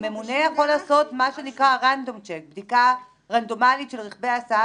הממונה יכול לעשות בדיקה רנדומלית של רכבי ההסעה